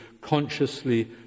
consciously